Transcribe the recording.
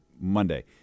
Monday